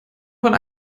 von